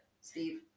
Steve